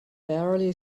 barely